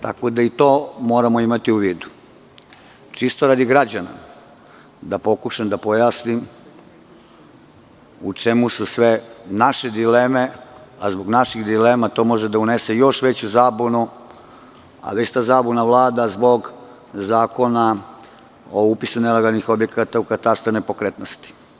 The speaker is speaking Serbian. To moramo imati u vidu, čisto radi građana, da pokušam da pojasnim u čemu su sve naše dileme, a zbog naše dileme to može da unese još veću zabunu, ali ista zabuna vlada zbog zakona o upisu nelegalnih objekata u katastar nepokretnosti.